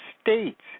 states